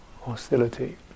hostility